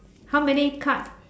how many card